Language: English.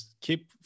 keep